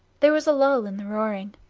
there was a lull in the roaring.